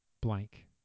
Blank